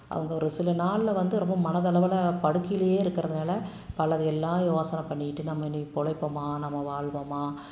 அவங்க ஒரு சில நாள்ல வந்து ரொம்ப மனதளவில் படுக்கையிலேயே இருக்கிறதுனால பலது எல்லாம் யோசனை பண்ணிகிட்டு நம்ம இன்றைக்கி பிழைப்போமா நம்ம வாழ்வோமா